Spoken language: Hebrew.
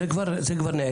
זה כבר נעלם.